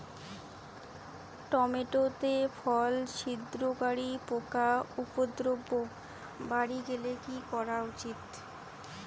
Tomato তে ফল ছিদ্রকারী পোকা উপদ্রব বাড়ি গেলে কি করা উচিৎ?